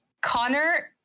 Connor